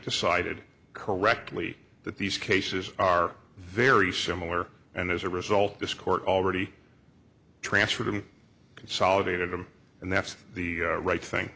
decided correctly that these cases are very similar and as a result this court already transferred him consolidated them and that's the right thing